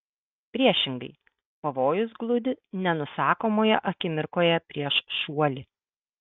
priešingai pavojus gludi nenusakomoje akimirkoje prieš šuoli